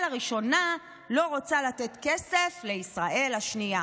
הראשונה לא רוצה לתת כסף לישראל השנייה.